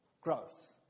growth